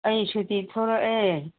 ꯑꯩ ꯁꯨꯇꯤ ꯊꯣꯔꯛꯑꯦ